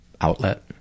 outlet